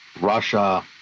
Russia